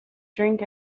drink